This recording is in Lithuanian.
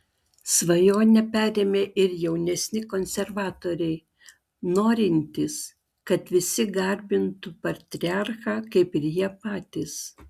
svajonę perėmė ir jaunesni konservatoriai norintys kad visi garbintų patriarchą kaip ir jie patys